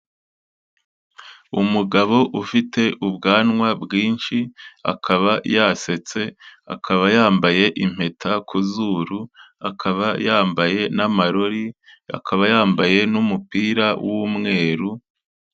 Umugabo ufite ubwanwa bwinshi akaba yasetse, akaba yambaye impeta ku zuru, akaba yambaye n'amarori, akaba yambaye n'umupira w'umweru.